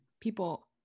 people